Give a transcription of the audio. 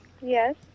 Yes